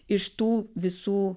iš tų visų